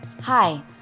Hi